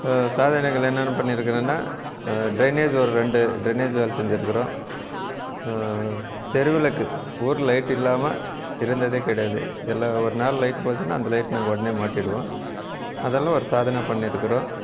சாதனைகள் என்னன்ன பண்ணிருக்கேன்னா டிரைனேஜ் ஒரு ரெண்டு டிரைனேஜ் வேலை செஞ்சிருக்கிறோம் தெரு விளக்கு ஊரில் லைட் இல்லாமல் இருந்தது கிடையாது இல்லை ஒரு நாள் லைட் போச்சுனா அந்த லைட் நாங்கள் உடனே மாட்டிடுவோம் அதெல்லாம் ஒரு சாதனையாக பண்ணியிருக்குறோம்